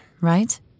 right